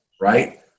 right